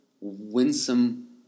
winsome